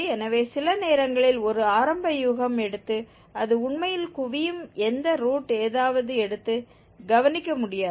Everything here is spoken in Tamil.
எனவே சில நேரங்களில் ஒரு ஆரம்ப யூகம் எடுத்து அது உண்மையில் குவியும் எந்த ரூட் ஏதாவது எடுத்து கணிக்க முடியாது